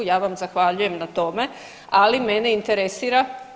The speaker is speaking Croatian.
Ja vam zahvaljujem na tome, ali mene interesira.